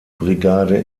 brigade